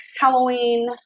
Halloween